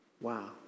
Wow